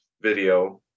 video